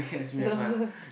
no